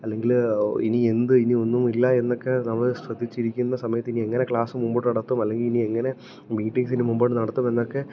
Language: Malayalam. അല്ലെങ്കില് ഇനി എന്ത് ഇനി ഒന്നും ഇല്ല എന്നൊക്കെ നമ്മള് ശ്രദ്ധിച്ചിരിക്കുന്ന സമയത്ത് ഇനി എങ്ങനെ ക്ലാസ് മുമ്പോട്ട് നടത്തും അല്ലെങ്കില് ഇനി എങ്ങനെ മീറ്റിംഗ്സിനി മുമ്പോട്ട് നടത്തും എന്നൊക്കെ